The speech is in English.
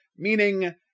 Meaning